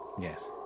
Yes